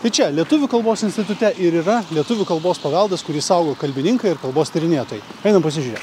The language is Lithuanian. tai čia lietuvių kalbos institute ir yra lietuvių kalbos paveldas kurį saugo kalbininkai ir kalbos tyrinėtojai einam pasižiūrė